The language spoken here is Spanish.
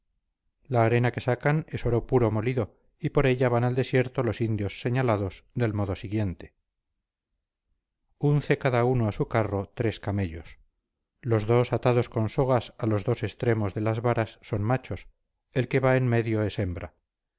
la arena que sacan es oro puro molido y por ella van al desierto los indios señalados del modo siguiente unce cada uno a su carro tres camellos los dos atados con sogas a los dos extremos de las varas son machos el que va en medio es hembra